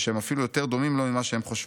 ושהם אפילו יותר דומים לו ממה שהם חושבים?